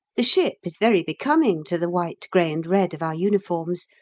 the ship is very becoming to the white, grey, and red of our uniforms,